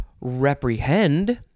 Reprehend